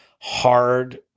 hard